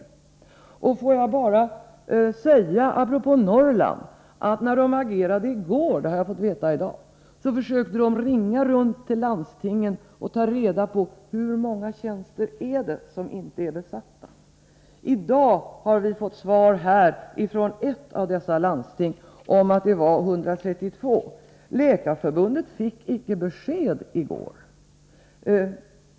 Apropå Norrland vill jag säga följande. När man agerade i går — det har jag fått veta i dag — försökte man ringa runt till landstingen och ta reda på hur många tjänster det är som inte är besatta. I dag har vi fått svaret från ett av dessa landsting att det är 132. Läkarförbundet fick icke besked i går.